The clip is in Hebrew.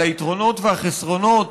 על היתרונות והחסרונות